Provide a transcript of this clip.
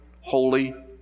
holy